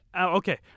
okay